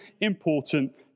important